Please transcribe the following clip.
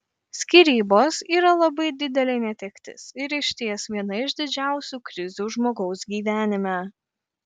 skyrybos yra labai didelė netektis ir išties viena iš didžiausių krizių žmogaus gyvenime